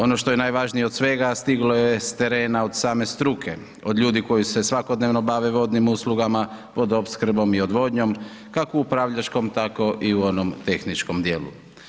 Ono što je najvažnije od svega stiglo je s terena od same struke, od ljudi koji se svakodnevno bave vodnim uslugama, vodoopskrbom i odvodnjom kako upravljačkom tako i u onom tehničkom dijelu.